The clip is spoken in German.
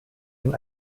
den